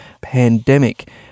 pandemic